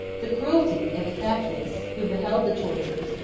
the cruelty of ithacius, who beheld the tortures,